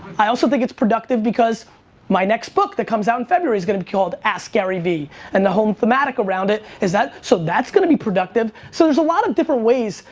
i also think it's productive because my next book that comes out in february is going to be called askgaryvee and the whole thematic around it is that so that's going to be productive so there's a lot of different ways.